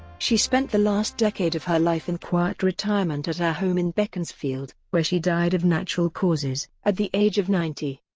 she spent the last decade of her life in quiet retirement at her home in beaconsfield, where she died of natural causes at the age of ninety.